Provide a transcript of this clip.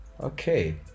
okay